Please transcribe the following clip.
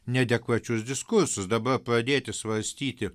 neadekvačius diskursus dabar pradėti svarstyti